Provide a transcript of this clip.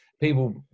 people